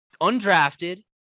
Undrafted